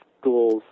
schools